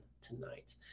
tonight